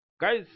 guys